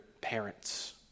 parents